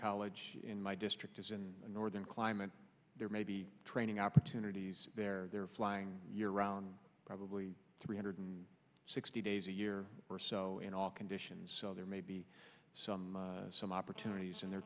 college in my district is in the northern climate there may be training opportunities there they're flying year round probably three hundred sixty days a year or so in our conditions so there may be some some opportunities in their